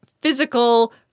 physical